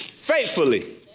faithfully